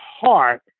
heart